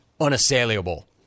unassailable